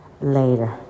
Later